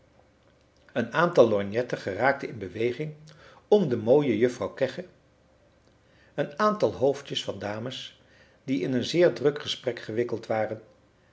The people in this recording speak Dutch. een aantal lorgnetten geraakte in beweging om de mooie juffrouw kegge een aantal hoofdjes van dames die in een zeer druk gesprek gewikkeld waren